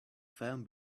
fan